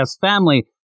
family